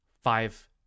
five